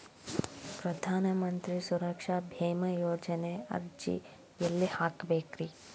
ಪ್ರಧಾನ ಮಂತ್ರಿ ಸುರಕ್ಷಾ ಭೇಮಾ ಯೋಜನೆ ಅರ್ಜಿ ಎಲ್ಲಿ ಹಾಕಬೇಕ್ರಿ?